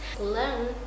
learn